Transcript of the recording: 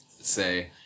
say